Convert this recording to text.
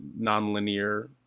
nonlinear